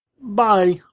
Bye